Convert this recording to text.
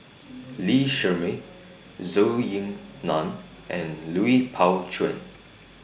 Lee Shermay Zhou Ying NAN and Lui Pao Chuen